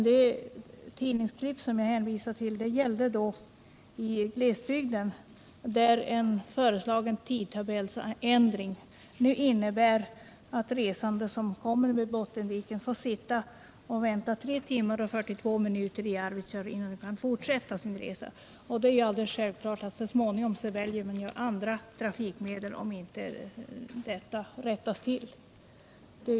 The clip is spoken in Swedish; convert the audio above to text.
Det tidningsurklipp som jag tidigare hänvisade till gällde en tidtabellsändring i glesbygden, innebärande att resande med Bottenviken skulle få sitta och vänta 3 tim. 42 min. i Arvidsjaur innan de kan fortsätta sin resa. Självfallet väljer de så småningom andra trafikmedel, om inte detta rättas till.